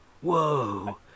Whoa